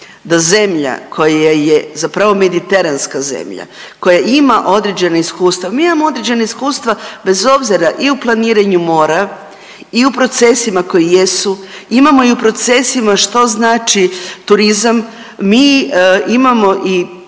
da zemlja koja je zapravo mediteranska zemlja, koja ima određena iskustva, mi imamo određena iskustva, bez obzira i u planiranju mora i u procesima koji jesu, imamo i u procesima što znači turizam, mi imamo i,